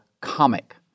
comic